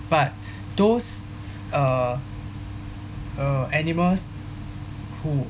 but those uh uh animals who